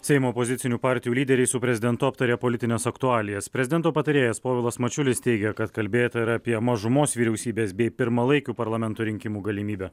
seimo opozicinių partijų lyderiai su prezidentu aptarė politines aktualijas prezidento patarėjas povilas mačiulis teigia kad kalbėta ir apie mažumos vyriausybės bei pirmalaikių parlamento rinkimų galimybę